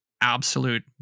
absolute